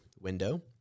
window